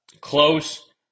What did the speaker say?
Close